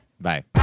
Bye